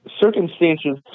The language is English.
circumstances